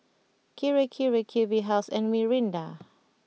Kirei Kirei Q B House and Mirinda